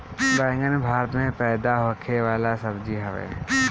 बैगन भारत में पैदा होखे वाला सब्जी हवे